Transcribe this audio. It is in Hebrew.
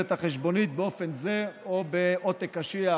את החשבונית באופן זה או בעותק קשיח,